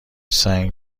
سنگ